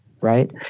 right